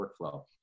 workflow